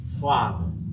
father